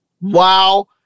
wow